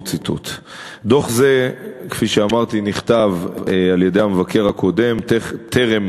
דוח זה, כפי שאמרתי, נכתב על-ידי המבקר הקודם טרם